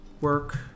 work